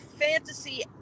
fantasy